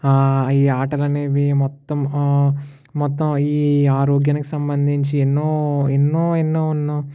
ఈ ఆటలు అనేవి మొత్తం మొత్తం ఈ ఆరోగ్యానికి సంబంధించి ఎన్నో ఎన్నో ఎన్నో ఎన్నో